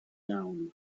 down